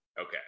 Okay